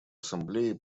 ассамблеи